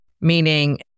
meaning